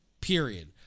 period